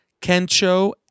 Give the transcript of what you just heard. Kencho